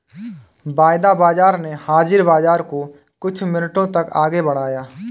वायदा बाजार ने हाजिर बाजार को कुछ मिनटों तक आगे बढ़ाया